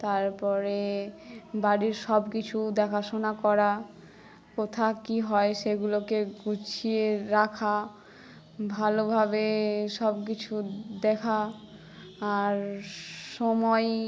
তারপরে বাড়ির সব কিছু দেখাশোনা করা কোথায় কী হয় সেগুলোকে গুছিয়ে রাখা ভালোভাবে সব কিছু দেখা আর সময়